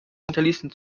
hinterließen